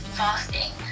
fasting